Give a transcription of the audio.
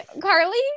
Carly